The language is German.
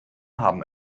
haben